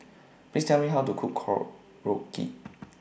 Please Tell Me How to Cook Korokke